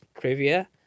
trivia